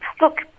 Look